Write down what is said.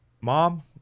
mom